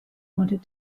wanted